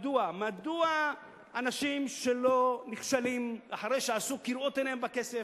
מדוע אנשים שנכשלים אחרי שעשו כראות עיניהם בכסף,